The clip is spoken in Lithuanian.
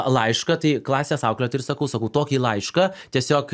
laišką tai klasės auklėtojai ir sakau sakau tokį laišką tiesiog